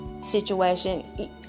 situation